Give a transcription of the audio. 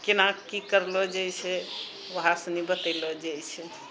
केना की करलो जाइ छै ओएह सुनी बतैलो जाइ छै